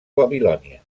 babilònia